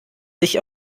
sich